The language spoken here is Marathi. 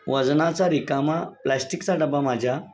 वजनाचा रिकामा प्लॅस्टिकचा डबा माझ्या